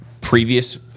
previous